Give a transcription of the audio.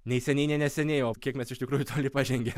nei seniai nei neseniai o kiek mes iš tikrųjų toli pažengę